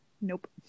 nope